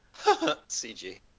CG